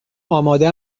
آماده